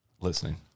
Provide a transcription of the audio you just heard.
Listening